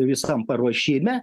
visam paruošime